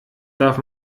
darf